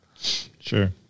Sure